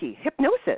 hypnosis